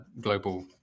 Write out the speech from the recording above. global